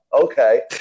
Okay